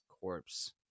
corpse